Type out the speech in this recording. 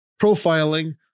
profiling